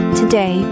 today